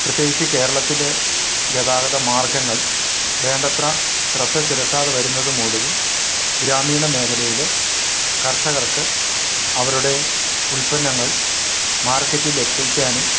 പ്രത്യേകിച്ച് കേരളത്തിലെ ഗതാഗത മാർഗ്ഗങ്ങൾ വേണ്ടത്ര ശ്രദ്ധ ചെലുത്താതെ വരുന്നതു മൂലവും ഗ്രാമീണ മേഖലയിലെ കർഷകർക്ക് അവരുടെ ഉത്പന്നങ്ങൾ മാർക്കറ്റിലെത്തിക്കാനും